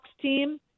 team